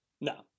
No